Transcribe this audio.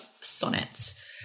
sonnets